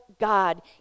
God